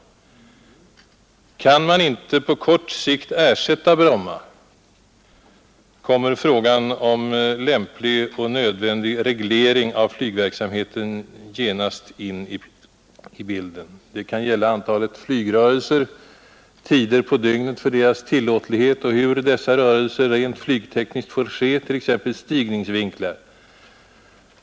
Kan man inte på kort sikt ersätta Bromma kommer frågan om lämplig och nödvändig reglering av flygverksamheten där genast in i bilden. Det kan gälla antalet flygrörelser, tider på dygnet för deras tillåtlighet och hur dessa rörelser rent flygtekniskt får ske, t.ex. stigningsvinklar.